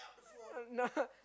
I'm not